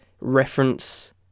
reference